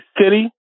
city